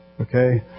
Okay